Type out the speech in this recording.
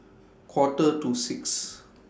Quarter to six